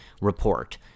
report